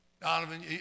Donovan